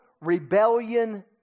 rebellion